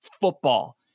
football